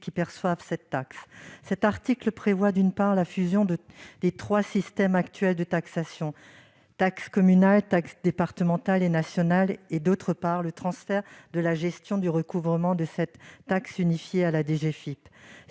qui perçoivent cette taxe. Cet article prévoit, d'une part, la fusion des trois systèmes actuels de taxation, communal, départemental et national, d'autre part, le transfert de la gestion du recouvrement de cette taxe unifiée à la